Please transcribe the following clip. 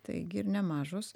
taigi ir nemažos